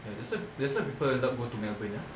ya that's why that's why people a lot go to melbourne ah